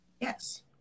Yes